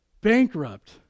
bankrupt